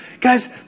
Guys